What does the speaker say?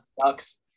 sucks